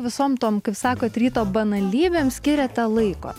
visom tom kaip sakot ryto banalybėm skiriate laiko